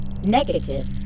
Negative